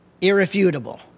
Irrefutable